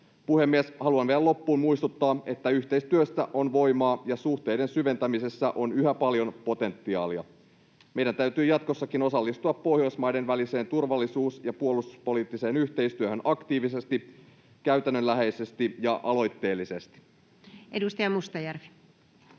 Puhemies! Haluan vielä loppuun muistuttaa, että yhteistyössä on voimaa ja suhteiden syventämisessä on yhä paljon potentiaalia. Meidän täytyy jatkossakin osallistua Pohjoismaiden väliseen turvallisuus- ja puolustuspoliittiseen yhteistyöhön aktiivisesti, käytännönläheisesti ja aloitteellisesti. Edustaja Mustajärvi.